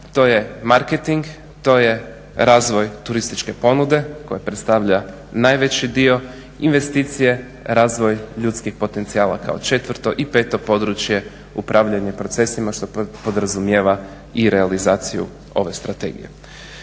to je marketing, to je razvoj turističke ponude koja predstavlja najveći dio investicije, razvoj ljudskih potencijala kao četvrto i peto područje upravljanje procesima što podrazumijeva i realizaciju ove strategije.